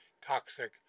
toxic